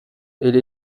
elle